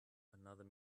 another